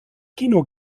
kino